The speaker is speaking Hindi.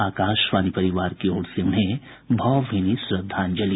आकाशवाणी परिवार की ओर से उन्हें भावभीनी श्रद्धांजलि